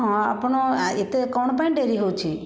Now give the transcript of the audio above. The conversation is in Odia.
ହଁ ଆପଣ ଏତେ କ'ଣ ପାଇଁ ଡେରି ହେଉଛି